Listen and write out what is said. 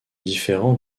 différent